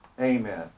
Amen